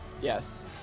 Yes